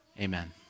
amen